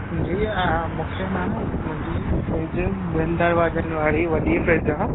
जी मूंखे न मुंहिंजी फ्रिज ॿिनि दरवाजनि वारी वॾी फ्रिज आहे